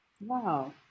Wow